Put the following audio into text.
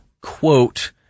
quote